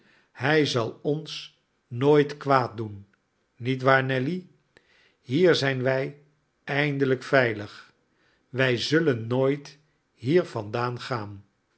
hij zal ons nooit kwaad doen niet waar nelly hier zijn wij eindelijk veilig wij zullen nooit hier vandaan gaan